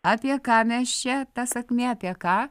apie ką mes čia ta sakmė apie ką